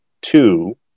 two